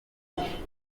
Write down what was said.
dukurikira